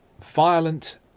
violent